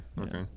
okay